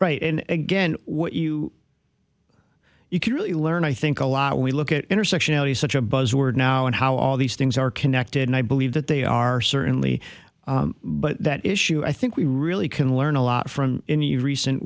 right and again what you you can really learn i think a lot we look at intersectionality such a buzzword now and how all these things are connected and i believe that they are certainly but that issue i think we really can learn a lot from in the recent